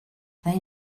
they